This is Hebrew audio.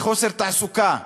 בחוסר תעסוקה.